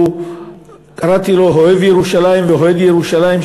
וקראתי לו אוהב ירושלים ואוהד ירושלים.